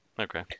Okay